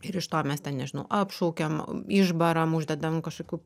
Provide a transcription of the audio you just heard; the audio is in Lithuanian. ir iš to mes ten nežinau apšaukiam išbaram uždedam kažkokių